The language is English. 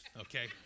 okay